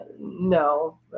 No